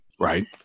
Right